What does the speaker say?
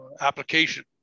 application